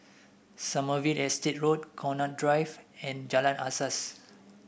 Sommerville Estate Road Connaught Drive and Jalan Asas